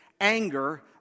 anger